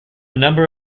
number